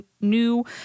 new